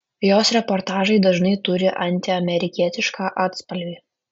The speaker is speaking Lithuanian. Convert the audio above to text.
jos reportažai dažnai turi antiamerikietišką atspalvį